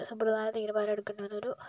പ്രധാന തീരുമാനം എടുക്കേണ്ടി വന്ന ഒരു സന്ദർഭം